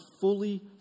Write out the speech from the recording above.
fully